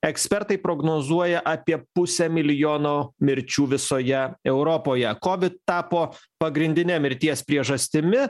ekspertai prognozuoja apie pusę milijono mirčių visoje europoje kovit tapo pagrindine mirties priežastimi